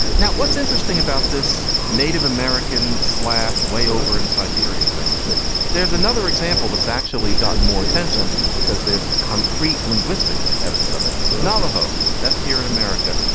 now, what's interesting about this native american slash way over in siberia thing is that there's another example that's actually gotten more attention because there's concrete linguistic evidence of it. navajo that's here in america.